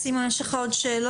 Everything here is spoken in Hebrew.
סימון, יש לך עוד שאלות?